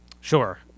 Sure